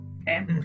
okay